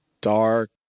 dark